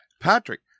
Patrick